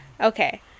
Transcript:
Okay